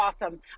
awesome